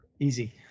easy